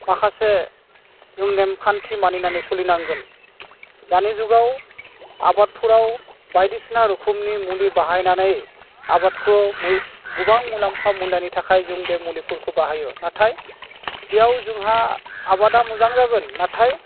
माखासे जों नेमखान्थि मानिनानै सोलिनांगोन दानि जुगाव आबादफ्राव बायदिसिना रोखोमनि मुलि बाहायनानै आबादखौ गोबां मुलाम्फा मोननायनि थाखाय जों बे मुलिफोरखौ बाहायो नाथाय बेयाव जोंहा आबादा मोजां जागोन नाथाय